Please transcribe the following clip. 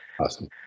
Awesome